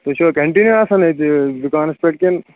تُہۍ چھُوا کنٹِنیو آسان اتہِ دُکانس پٮ۪ٹھ کِنہٕ